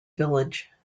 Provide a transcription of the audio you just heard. village